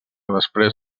després